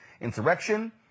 insurrection